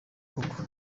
koko